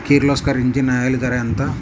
Kirloskar engine oil ధర ఎంత?